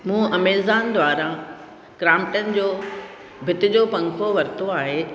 मूं अमेज़ॉन द्वारा क्रोम्पटन जो भिति जो पंखो वरितो आहे